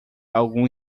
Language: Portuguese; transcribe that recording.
algum